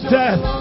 death